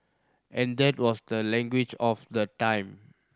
and that was the language of the time